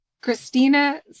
Christina